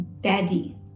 Daddy